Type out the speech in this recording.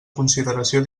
consideració